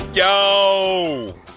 Yo